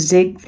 Zig